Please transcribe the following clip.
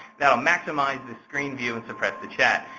that will maximize the screen view and suppress the chat.